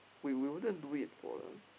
we we wouldn't do it for the